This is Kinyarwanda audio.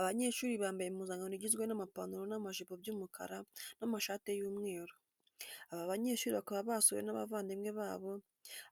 Abanyeshuri bambaye impuzankano igizwe n'amapanaro n'amajipo by'umukara, n'amashati y'umweru. Aba banyeshuri bakaba basuwe n'abavandimwe babo,